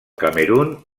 camerun